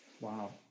Wow